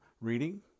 reading